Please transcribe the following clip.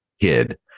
kid